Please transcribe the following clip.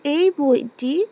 এই বইটি